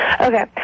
okay